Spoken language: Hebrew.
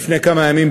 לפני כמה ימים,